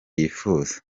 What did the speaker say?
yifuza